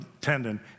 tendon